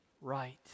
right